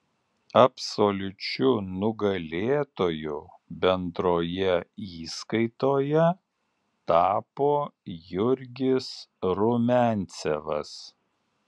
absoliučiu nugalėtoju bendroje įskaitoje tapo jurgis rumiancevas